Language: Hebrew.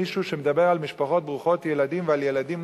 על מישהו שמדבר על משפחות ברוכות ילדים ועל ילדים